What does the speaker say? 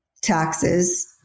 taxes